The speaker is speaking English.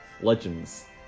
Legends